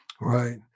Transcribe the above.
right